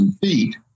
feet